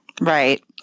Right